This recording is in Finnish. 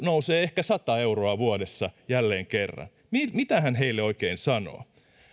nousee ehkä sata euroa vuodessa jälleen kerran mitä hän heille oikein sanoo